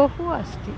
बहु अस्ति